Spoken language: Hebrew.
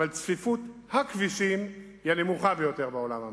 אבל צפיפות הכבישים היא הנמוכה ביותר בעולם המערבי.